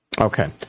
Okay